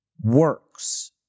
works